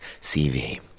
CV